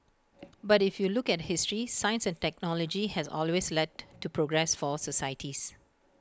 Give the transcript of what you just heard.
but if you look at history science and technology has always led to progress for societies